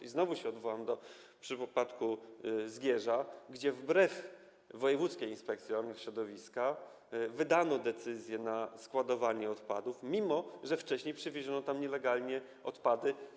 I znowu się odwołam do przypadku Zgierza, gdzie wbrew wojewódzkiej inspekcji ochrony środowiska wydano decyzję umożliwiającą składowanie odpadów, mimo że wcześniej przywieziono tam nielegalnie odpady.